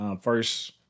First